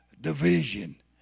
division